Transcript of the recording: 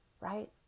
right